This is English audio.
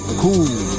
cool